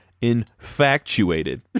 infatuated